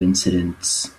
incidents